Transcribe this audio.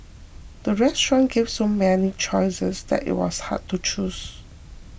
the restaurant gave so many choices that it was hard to choose